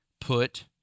put